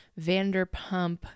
Vanderpump